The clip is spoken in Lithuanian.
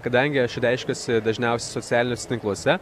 kadangi aš reiškiuosi dažniausiai socialiniuose tinkluose